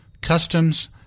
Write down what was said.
customs